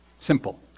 Simple